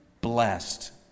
blessed